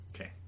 Okay